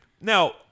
Now